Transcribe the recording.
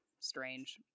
Strange